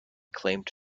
claimed